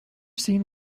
seen